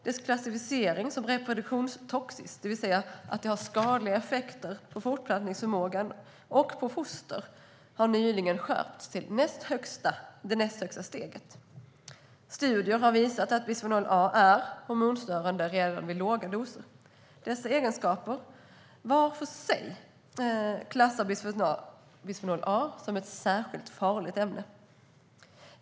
Dess klassificering som reproduktionstoxiskt, det vill säga att det har skadliga effekter på fortplantningsförmågan och foster, har nyligen skärpts till det näst högsta steget. Studier har visat att bisfenol A är hormonstörande redan vid låga doser. Dessa egenskaper var för sig klassar bisfenol A som ett särskilt farligt ämne.